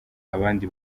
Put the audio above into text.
abandi